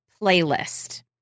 playlist